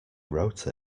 wrote